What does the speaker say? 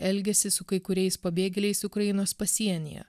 elgesį su kai kuriais pabėgėliais ukrainos pasienyje